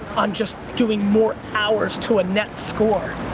on just doing more hours to a net score.